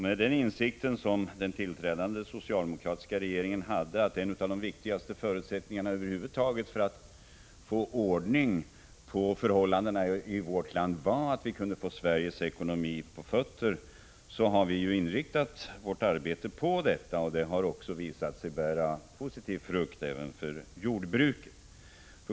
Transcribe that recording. Med den insikt som den tillträdande socialdemokratiska regeringen hade, nämligen att en av de viktigaste förutsättningarna för att över huvud taget få ordning på förhållandena i vårt land var att vi kunde få Sveriges ekonomi på fötter, har regeringen inriktat sitt arbete på detta, och det har också visat sig bära frukt även för jordbruket.